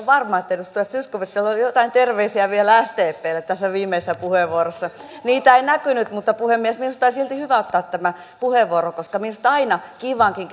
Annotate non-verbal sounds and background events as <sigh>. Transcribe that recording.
<unintelligible> varma että edustaja zyskowicz sanoo jotain terveisiä vielä sdplle tässä viimeisessä puheenvuorossa niitä ei näkynyt mutta puhemies minusta oli silti hyvä ottaa tämä puheenvuoro koska minusta aina kiivaankin <unintelligible>